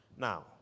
Now